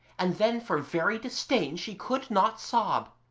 and then for very disdain she could not sob